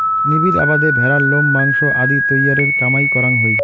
নিবিড় আবাদে ভ্যাড়ার লোম, মাংস আদি তৈয়ারের কামাই করাং হই